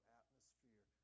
atmosphere